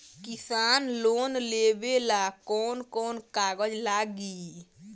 किसान लोन लेबे ला कौन कौन कागज लागि?